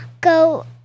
Go